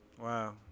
Wow